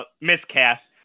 miscast